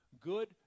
good